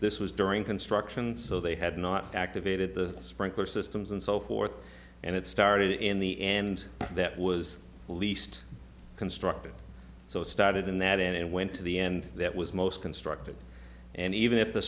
this was during construction so they had not activated the sprinkler systems and so forth and it started in the end that was the least constructed so it started in that and went to the end that was most constructed and even if the